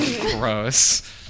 Gross